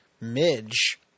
Midge